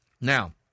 Now